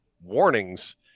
warnings